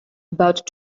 about